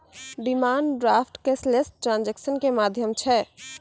demand draft cashless transaction के माध्यम छै